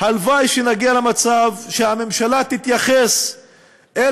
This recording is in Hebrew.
הלוואי שנגיע למצב שהממשלה תתייחס אל